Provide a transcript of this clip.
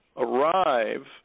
arrive